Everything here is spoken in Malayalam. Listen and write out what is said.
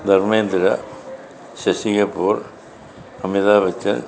ധർമ്മേന്ദ്ര ശശി കപൂർ അമിതാഭ് ബച്ചൻ